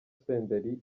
senderi